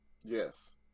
Yes